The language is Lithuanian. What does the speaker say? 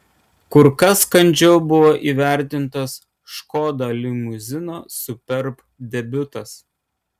kur kas kandžiau buvo įvertintas škoda limuzino superb debiutas